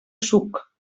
suc